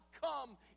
come